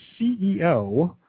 CEO